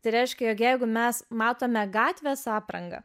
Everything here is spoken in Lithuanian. tai reiškia jog jeigu mes matome gatvės aprangą